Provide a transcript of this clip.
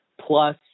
Plus